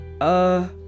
Uh